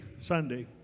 Sunday